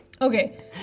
Okay